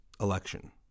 election